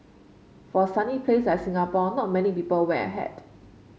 for a sunny place like Singapore not many people wear a hat